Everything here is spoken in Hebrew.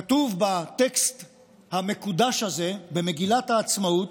כתוב בטקסט המקודש הזה, במגילת העצמאות: